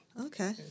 Okay